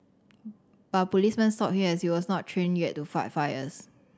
but a policeman stopped him as he was not trained yet to fight fires